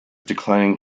declining